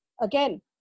again